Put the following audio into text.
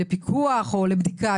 נכנסתם לבדיקה,